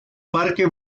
parque